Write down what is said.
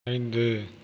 ஐந்து